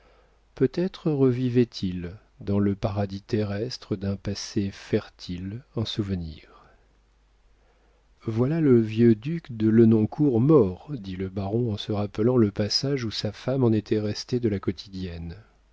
peut-être revivait il dans le paradis terrestre d'un passé fertile en souvenirs voilà le vieux duc de lenoncourt mort dit le baron en se rappelant le passage où sa femme en était restée de la quotidienne